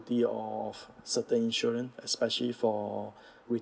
beauty of certain insurance especially for